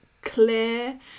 clear